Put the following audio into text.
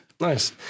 Nice